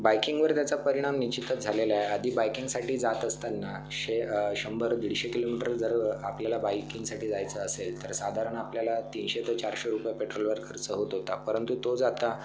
बायकिंगवर त्याचा परिणाम निश्चितच झालेला आहे आधी बायकिंगसाठी जात असताना शे शंभर दीडशे किलोमीटर जर आपल्याला बायकिंगसाठी जायचं असेल तर साधारण आपल्याला तीनशे ते चारशे रुपये पेट्रोलवर खर्च होत होता परंतु तोच आत्ता